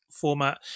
format